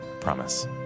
Promise